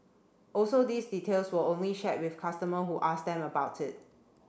also these details were only shared with customer who asked them about it